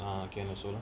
ah can also